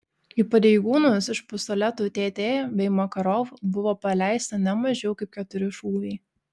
į pareigūnus iš pistoletų tt bei makarov buvo paleista ne mažiau kaip keturi šūviai